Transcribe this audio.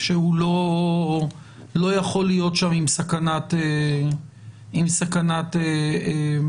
שהוא לא יכול להיות שם עם סכנת הידבקות.